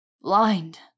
blind